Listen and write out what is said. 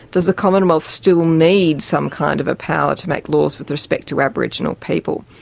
does the commonwealth still need some kind of a power to make laws with respect to aboriginal people?